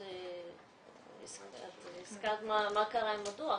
את הזכרת מה קרה עם הדוח,